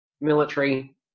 military